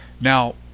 Now